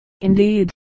indeed